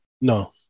No